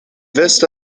west